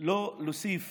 לא להוסיף